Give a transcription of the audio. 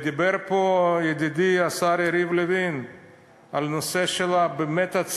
דיבר פה ידידי השר יריב לוין על נושא הצביעות